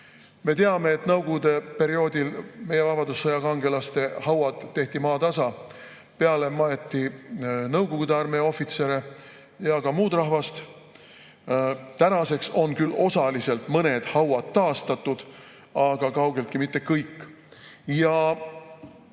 Me teame, et Nõukogude Liidu perioodil meie vabadussõja kangelaste hauad tehti maatasa, peale maeti Nõukogude armee ohvitsere ja ka muud rahvast. Tänaseks on küll osaliselt mõned hauad taastatud, aga kaugeltki mitte kõik.